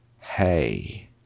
hey